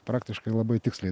praktiškai labai tiksliai